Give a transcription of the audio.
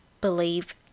believe